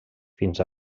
fins